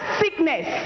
sickness